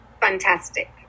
fantastic